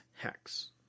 hex